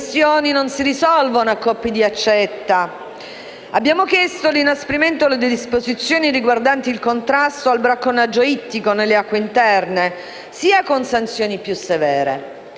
Le questioni non si risolvono a colpi di accetta. Abbiamo chiesto l'inasprimento delle disposizioni riguardanti il contrasto al bracconaggio ittico nelle acque interne, sia con sanzioni più severe,